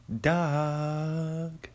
dog